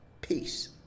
Peace